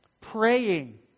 praying